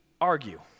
argue